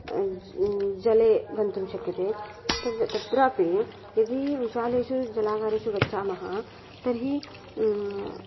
जले गन्तुं शक्यते तत् तत्रापि यदि विशालेषु जलागारेषु गच्छामः तर्हि